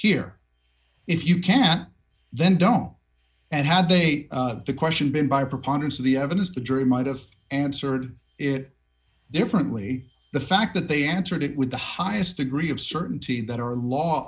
here if you can't then dump and had they the question been by preponderance of the evidence the jury might have answered it differently the fact that they answered it with the highest degree of certainty that our law